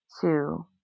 two